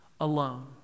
Alone